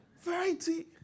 Variety